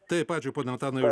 taip ačiū pone antanai už